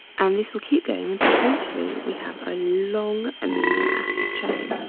and this will keep going until eventually, we have a long amino acid chain.